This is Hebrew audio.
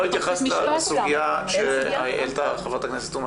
לא התייחסת לסוגיה שהעלתה חברת הכנסת תומא